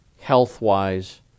health-wise